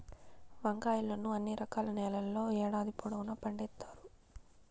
వంకాయలను అన్ని రకాల నేలల్లో ఏడాది పొడవునా పండిత్తారు